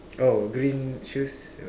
oh green shoes